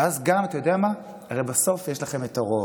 ואז גם, אתה יודע מה, הרי בסוף יש לכם רוב,